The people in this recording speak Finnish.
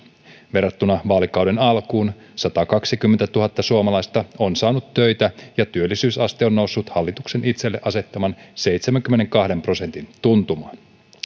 verrattuna vaalikauden alkuun satakaksikymmentätuhatta suomalaista on saanut töitä ja työllisyysaste on noussut hallituksen itselleen asettaman seitsemänkymmenenkahden prosentin tuntumaan